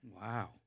Wow